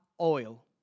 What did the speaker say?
oil